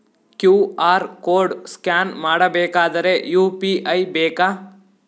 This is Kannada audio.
ಕ್ಯೂ.ಆರ್ ಕೋಡ್ ಸ್ಕ್ಯಾನ್ ಮಾಡಬೇಕಾದರೆ ಯು.ಪಿ.ಐ ಬೇಕಾ?